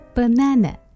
Banana